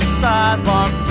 sidewalk